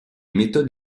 méthodes